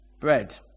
bread